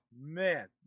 man